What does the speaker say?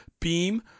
beam